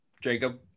Jacob